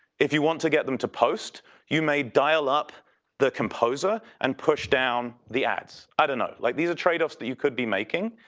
if you want to get them to post you may dial up the composer and push down the ads. i don't know. like these are trade offs that you could be making.